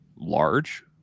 large